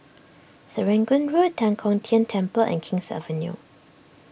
Serangoon Road Tan Kong Tian Temple and King's Avenue